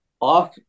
Off